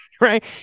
Right